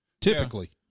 typically